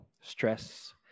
Stress